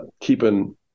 keeping